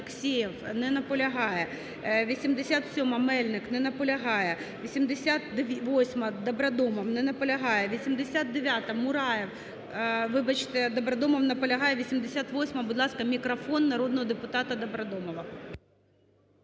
Добродомов. Не наполягає.